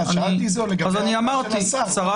שרת